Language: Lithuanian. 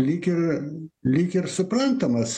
lyg ir lyg ir suprantamas